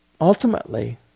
ultimately